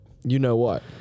you-know-what